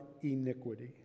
iniquity